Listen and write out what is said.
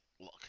look